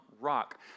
rock